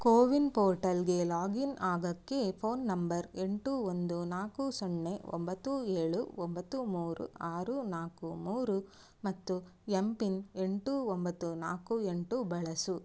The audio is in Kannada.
ಕೋವಿನ್ ಪೋರ್ಟಲ್ಗೆ ಲಾಗಿನ್ ಆಗಕ್ಕೆ ಫೋನ್ ನಂಬರ್ ಎಂಟು ಒಂದು ನಾಲ್ಕು ಸೊನ್ನೆ ಒಂಬತು ಏಳು ಒಂಬತ್ತು ಮೂರು ಆರು ನಾಲ್ಕು ಮೂರು ಮತ್ತು ಎಮ್ ಪಿನ್ ಎಂಟು ಒಂಬತ್ತು ನಾಲ್ಕು ಎಂಟು ಬಳಸು